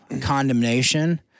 condemnation